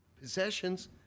possessions